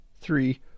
three